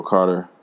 Carter